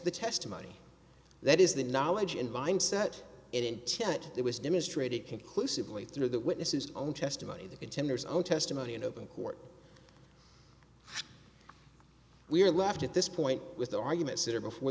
the testimony that is the knowledge in vines set it in there was demonstrated conclusively through the witnesses own testimony the contenders own testimony in open court we are left at this point with the arguments that are before